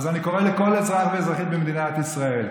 אז אני קורא לכל אזרח ואזרחית במדינת ישראל: